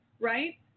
right